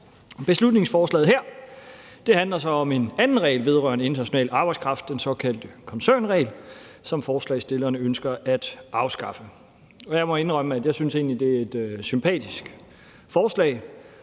Beslutningsforslaget her handler så om en anden regel vedrørende international arbejdskraft, den såkaldte koncernregel, som forslagsstillerne ønsker at afskaffe. Jeg må indrømme, at jeg egentlig synes, det er et sympatisk forslag,